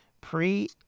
Pre